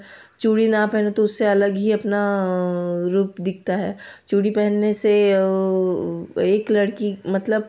चूड़ी ना पहने तो उससे अलग ही अपना रूप दिखता है चूड़ी पहनने से एक लड़की मतलब